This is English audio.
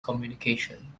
communication